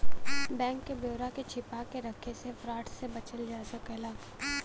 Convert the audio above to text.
bank क ब्यौरा के छिपा के रख से फ्रॉड से बचल जा सकला